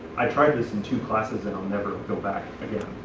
i tried this in two classes and i'll never go back again.